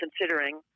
considering